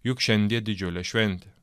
juk šiandie didžiulė šventė